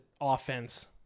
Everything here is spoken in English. offense